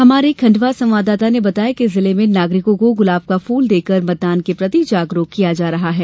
हमारे खंडवा संवाददाता ने बताया है कि जिले में नागरिकों को गुलाब का फूल देकर मतदान के प्रति जागरूक किया जा रहा है